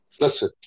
Listen